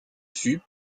fut